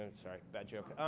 and sorry, bad joke.